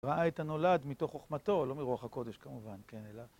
ראה את הנולד מתוך חוכמתו, לא מרוח הקודש כמובן, כן, אלא...